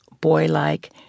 boy-like